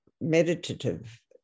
meditative